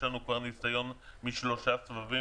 יש לנו כבר ניסיון משלושה סבבים